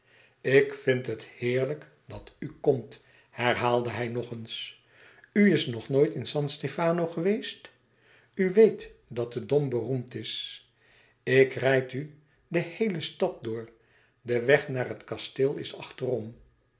ik vind het heerlijk dat u komt herhaalde hij nog eens u is nog nooit in san stefano geweest u weet dat de dom beroemd is ik rijd u de heele stad door de weg naar het kasteel is achterom